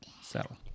Settle